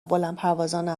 بلندپروازانه